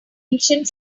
ancient